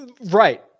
Right